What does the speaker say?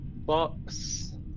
Box